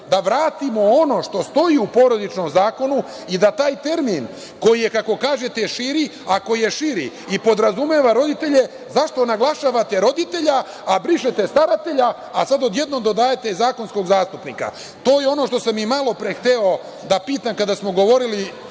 da vratimo ono što stoji u Porodičnom zakonu i da taj termin koji je, kako kažete širi, ako je širi i podrazumeva roditelje zašto naglašavate roditelja, a brišete staratelje, a sada odjednom dodajete zakonskog zastupnika. To je ono što sam i malopre hteo da pitam kada smo govorili